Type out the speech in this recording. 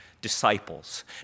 disciples